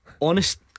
Honest